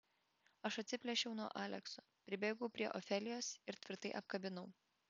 aš atsiplėšiau nuo alekso pribėgau prie ofelijos ir tvirtai apkabinau